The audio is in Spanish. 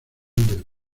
del